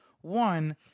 One